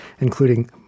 including